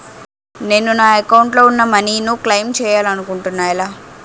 నేను నా యెక్క అకౌంట్ లో ఉన్న మనీ ను క్లైమ్ చేయాలనుకుంటున్నా ఎలా?